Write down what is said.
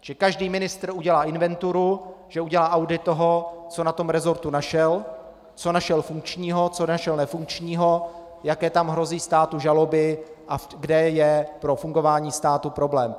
Že každý ministr udělá inventuru, že udělá audit toho, co na tom resortu našel, co našel funkčního, co našel nefunkčního, jaké tam hrozí státu žaloby a kde je pro fungování státu problém.